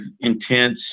intense